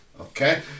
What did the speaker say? Okay